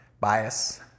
bias